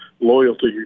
loyalty